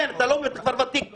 אתה כן התכוונת, אתה ותיק פה.